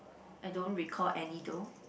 I don't recall any though